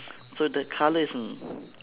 so the colour is in